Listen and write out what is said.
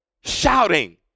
shouting